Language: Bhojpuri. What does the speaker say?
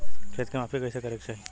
खेत के माफ़ी कईसे करें के चाही?